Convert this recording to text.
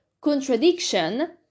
contradiction